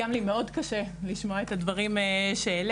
גם לי מאוד קשה לשמוע את הדברים שהעלית.